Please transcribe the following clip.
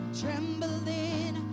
trembling